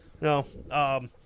No